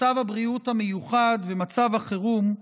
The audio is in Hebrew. מצב הבריאות המיוחד ומצב החירום,